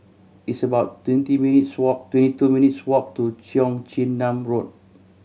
it's about twenty minutes' walk twenty two minutes' walk to Cheong Chin Nam Road